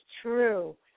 true